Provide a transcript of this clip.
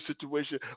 situation